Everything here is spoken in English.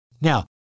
Now